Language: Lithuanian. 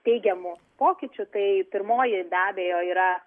teigiamų pokyčių tai pirmoji be abejo yra